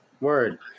Word